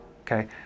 okay